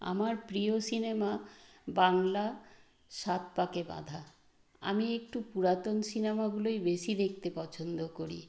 আমার প্রিয় সিনেমা বাংলা সাত পাকে বাঁধা আমি একটু পুরাতন সিনেমাগুলোই বেশি দেখতে পছন্দ করি